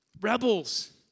Rebels